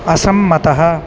असम्मतः